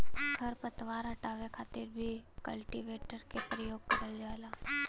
खर पतवार हटावे खातिर भी कल्टीवेटर क परियोग करल जाला